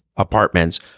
apartments